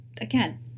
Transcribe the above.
Again